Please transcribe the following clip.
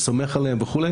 וסומך עליהם וכו',